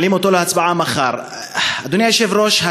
אדוני היושב-ראש,